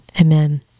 Amen